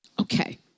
Okay